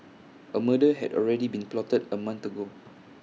A murder had already been plotted A month ago